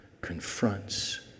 confronts